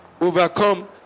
overcome